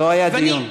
לא היה דיון.